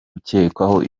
ukekwaho